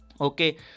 Okay